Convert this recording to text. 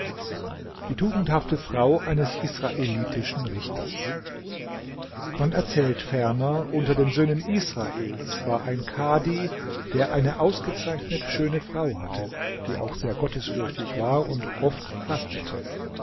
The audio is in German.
die tugendhafte frau eines israelitischen richters man erzählt ferner unter den söhnen israels war ein kadhi der eine ausgezeichnet schöne frau hatte die auch sehr gottesfürchtig war und oft fastete